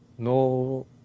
No